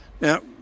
Now